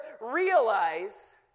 ...realize